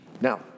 Now